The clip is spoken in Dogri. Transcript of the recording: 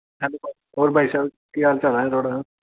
हैल्लो होर भाई साह्ब केह् हाल चाल ऐ थुआढ़ा